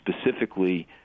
specifically